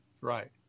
Right